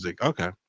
Okay